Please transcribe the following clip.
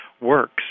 works